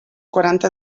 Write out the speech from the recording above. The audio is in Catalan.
quaranta